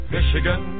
Michigan